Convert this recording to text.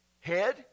head